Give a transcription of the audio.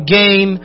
gain